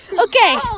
okay